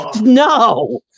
No